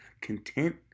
Content